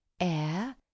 Air